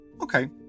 Okay